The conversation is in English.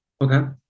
okay